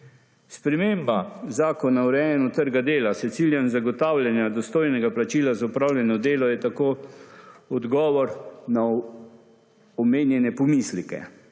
Sprememba Zakon o urejanju trga dela z ciljem zagotavljanja dostojnega plačila za opravljeno delo je tako odgovor na omenjene pomisleke.